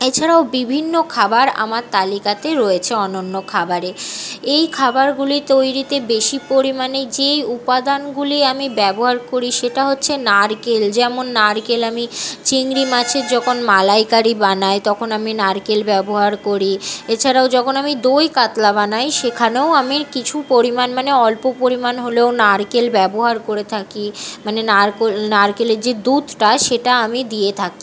এছাড়াও বিভিন্ন খাবার আমার তালিকাতে রয়েছে অনন্য খাবারে এই খাবারগুলি তৈরিতে বেশি পরিমাণে যেই উপাদানগুলি আমি ব্যবহার করি সেটা হচ্ছে নারকেল যেমন নারকেল আমি চিংড়ি মাছের যখন মালাইকারি বানাই তখন আমি নারকেল ব্যবহার করি এছাড়াও যখন আমি দই কাতলা বানাই সেখানেও আমি কিছু পরিমাণ মানে অল্প পরিমাণ হলেও নারকেল ব্যবহার করে থাকি মানে নারকেল নারকেলের যে দুধটা সেটা আমি দিয়ে থাকি